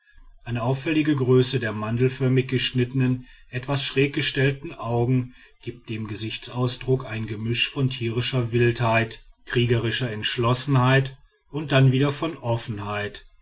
eine auffällige größe der mandelförmig geschnittenen etwas schräg gestellten augen gibt dem gesichtsausdruck ein gemisch von tierischer wildheit kriegerischer entschlossenheit und dann wieder von offenheit